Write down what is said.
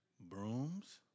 Brooms